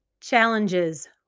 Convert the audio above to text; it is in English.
Challenges